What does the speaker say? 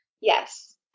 Yes